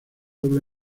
doble